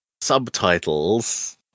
subtitles